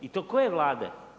I to koje Vlade?